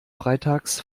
freitags